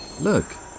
Look